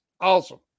awesome